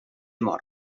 mor